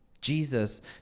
Jesus